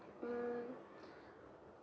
mm